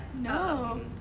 No